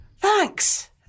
Thanks